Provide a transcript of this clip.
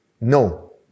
No